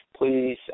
please